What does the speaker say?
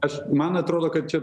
aš man atrodo kad čia